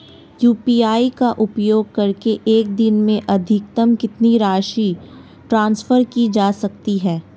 UPI का उपयोग करके एक दिन में अधिकतम कितनी राशि ट्रांसफर की जा सकती है?